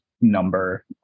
number